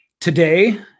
Today